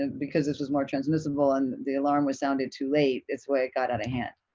and because this was more transmissible and the alarm was sounded too late, that's why it got outta hand.